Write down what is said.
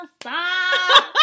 stop